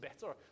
better